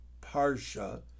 parsha